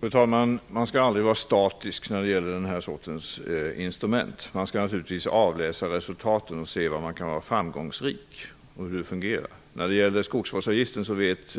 Fru talman! Man skall aldrig vara statisk när det gäller denna typ av instrument. Man skall avläsa resultaten, se hur det fungerar och var man kan vara framgångsrik. När det gäller skogsvårdsavgiften vet